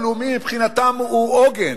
והביטוח הלאומי מבחינתן הוא עוגן.